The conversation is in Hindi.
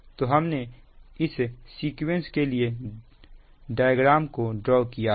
तो हमने इस सीक्वेंस के लिए डायग्राम को ड्रॉ किया है